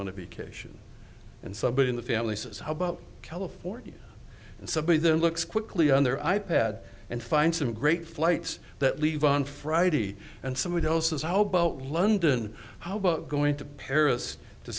be cation and somebody in the family says how about california and somebody there looks quickly on their i pad and find some great flights that leave on friday and somebody else is how about london how about going to paris to